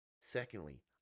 Secondly